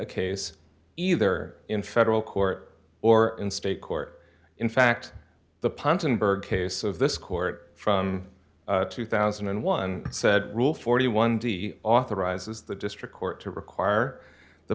a case either in federal court or in state court in fact the ponton berg case of this court from two thousand and one said rule forty one authorizes the district court to require the